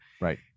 right